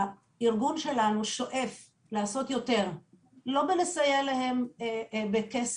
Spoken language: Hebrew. הארגון שלנו שואף לעשות יותר לא בלסייע להם בכסף,